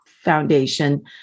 foundation